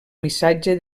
missatge